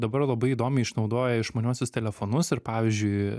dabar labai įdomiai išnaudoja išmaniuosius telefonus ir pavyzdžiui